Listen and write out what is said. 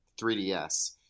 3DS